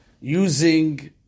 using